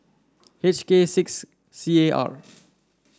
H K six C A R